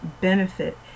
benefit